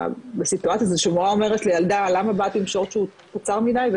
בסיטואציה הזאת שהמורה אומרת לילדה למה באת עם שורטס שהוא צר מדי?